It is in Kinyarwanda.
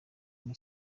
muri